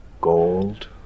gold